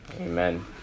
Amen